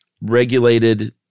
regulated